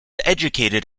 educated